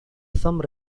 some